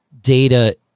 data